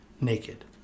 naked